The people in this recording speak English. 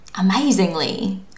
amazingly